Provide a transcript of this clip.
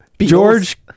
George